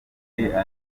uburakari